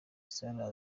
salah